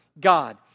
God